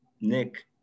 Nick